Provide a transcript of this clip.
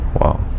Wow